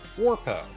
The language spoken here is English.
Warpo